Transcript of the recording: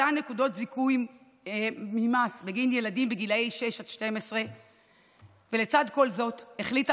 מתן נקודות זיכוי ממס בגין ילדים בגילי 6 12. לצד כל זאת החליטה